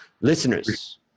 listeners